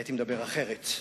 הייתי מדבר אחרת,